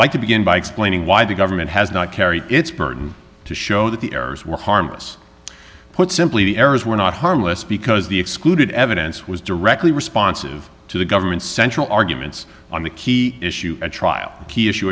like to begin by explaining why the government has not carried its burden to show that the errors were harmless put simply the errors were not harmless because the excluded evidence was directly responsive to the government's central arguments on the key issue a trial key issue